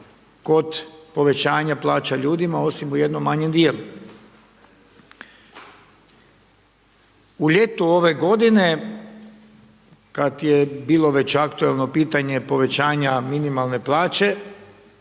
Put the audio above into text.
kod povećanja plaća ljudima osim u jednom manjem dijelu. U ljetu ove godine kada je bilo već aktualno pitanje povećanja minimalne plaće